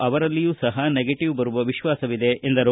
ಅವರಲ್ಲಿಯೂ ಸಹ ನೆಗೆಟಿವ್ ಬರುವ ವಿಶ್ವಾಸವಿದೆ ಎಂದರು